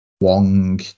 Wong